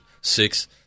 six